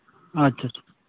ᱟᱪᱪᱷᱟ ᱪᱷᱟ